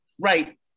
right